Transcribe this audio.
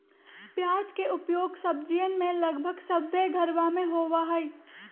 प्याज के उपयोग सब्जीयन में लगभग सभ्भे घरवा में होबा हई